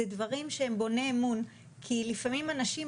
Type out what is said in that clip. זה דברים שהם בוני אמון כי לפעמים אנשים,